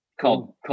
called